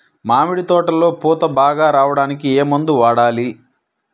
మామిడి తోటలో పూత బాగా రావడానికి ఏ మందు వాడాలి?